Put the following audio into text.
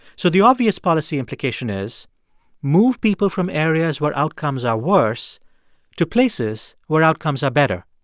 so the obvious policy implication is move people from areas where outcomes are worse to places where outcomes are better.